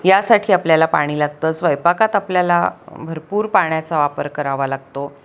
यासाठी आपल्याला पाणी लागतं स्वयपाकात आपल्याला भरपूर पाण्याचा वापर करावा लागतो